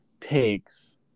takes